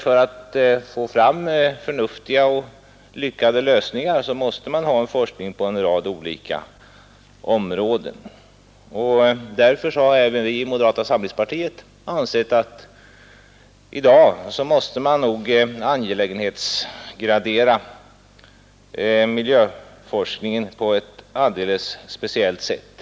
För att få fram förnuftiga och lyckade lösningar krävs det forskning på en rad olika områden. Därför har även vi i moderata samlingspartiet ansett det nödvändigt att i dag angelägenhetsgradera miljövårdsforskningen på ett alldeles speciellt sätt.